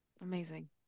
Amazing